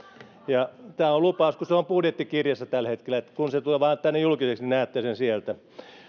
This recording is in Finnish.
tämä on lupaus kun se on budjettikirjassa tällä hetkellä että kun se vaan tulee tänne julkiseksi niin näette sen sieltä